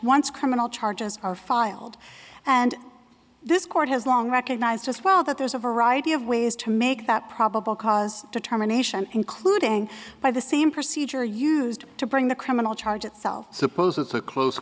once criminal charges are filed and this court has long recognized as well that there's a variety of ways to make that probable cause determination including by the same procedure used to bring the criminal charge it self suppose it's a close